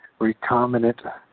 recombinant